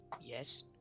Yes